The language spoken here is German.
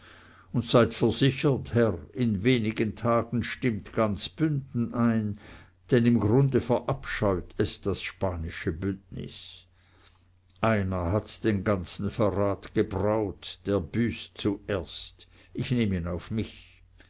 und seid versichert herr in wenigen tagen stimmt ganz bünden ein denn im grunde verabscheut es das spanische bündnis einer hat den ganzen verrat gebraut der büßt zuerst ich nehm ihn auf mich